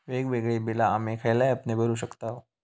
वेगवेगळी बिला आम्ही खयल्या ऍपने भरू शकताव?